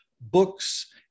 books